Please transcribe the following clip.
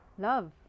love